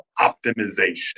optimization